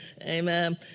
amen